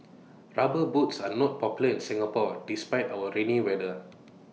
rubber boots are not popular in Singapore despite our rainy weather